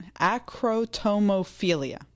Acrotomophilia